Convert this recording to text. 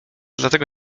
dlatego